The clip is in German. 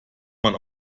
man